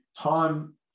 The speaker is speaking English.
time